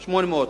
800,